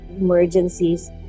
emergencies